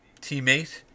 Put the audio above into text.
teammate